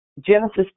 Genesis